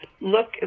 look